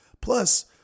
Plus